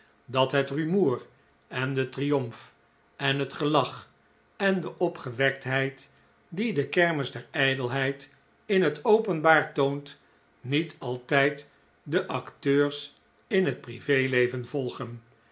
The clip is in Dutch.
dat het rumoer en de triomf en het gelach en de opgewektheid die de kermis der ijdelheid in het openbaar toont niet altijd de acteurs in het prive leven volgen